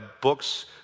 books